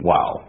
Wow